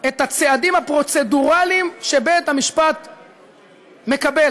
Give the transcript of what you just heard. את הצעדים הפרוצדורליים שבית-המשפט מקבל,